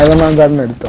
lone gunman